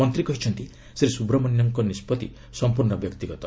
ମନ୍ତ୍ରୀ କହିଛନ୍ତି ଶ୍ରୀ ସୁବ୍ରମଣ୍ୟନ୍ଙ୍କ ନିଷ୍କଭି ସମ୍ପର୍ଶ୍ୟ ବ୍ୟକ୍ତିଗତ